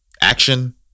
Action